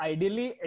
Ideally